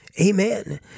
amen